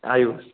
આયુ